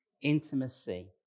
intimacy